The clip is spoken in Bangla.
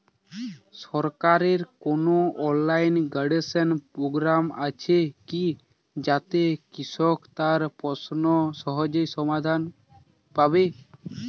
সরকারের কোনো অনলাইন গাইডেন্স প্রোগ্রাম আছে কি যাতে কৃষক তার প্রশ্নের সহজ সমাধান পাবে?